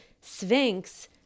sphinx